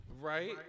right